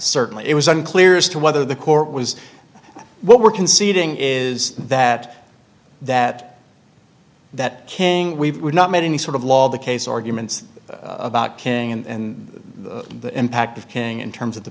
certainly it was unclear as to whether the court was what we're conceding is that that that king we've not made any sort of law of the case or humans about king and the impact of king in terms of the